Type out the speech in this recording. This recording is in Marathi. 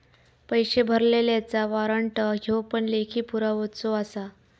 पैशे भरलल्याचा वाॅरंट ह्यो पण लेखी पुरावोच आसा